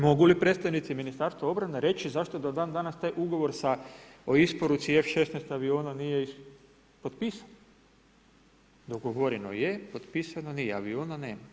Mogu li predstojnici Ministarstva obrane reći, zašto do dan danas taj ugovor sa o isporuci F16 aviona nije potpisan, ugovoreno je potpisano nije, aviona nema.